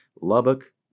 Lubbock